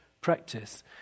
practice